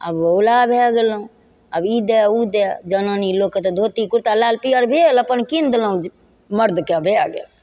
आब बौला भै गेलहुँ आब ई दै ओ दै जनानी लोकके तऽ धोती कुरता लाल पिअर भेल अपन किनि देलहुँ मरदके भै गेल